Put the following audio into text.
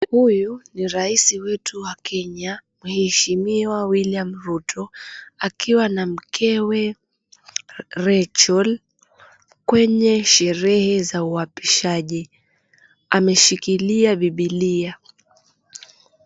Huyu ni rais wetu wa Kenya mheshimiwa William Ruto akiwa na mkewe Racheal kwenye sherehe la uapishaji, ameshikilia bibilia.